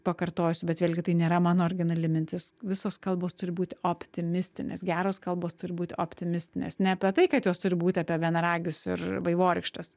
pakartosiu bet vėlgi tai nėra mano originali mintis visos kalbos turi būti optimistinės geros kalbos turi būti optimistinės ne apie tai kad jos turi būti apie vienaragius ir vaivorykštes